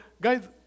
guys